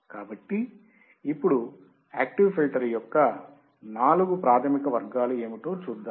కాబట్టి ఇప్పుడు active filter యొక్క నాలుగు ప్రాథమిక వర్గాలు ఏమిటో చూద్దాం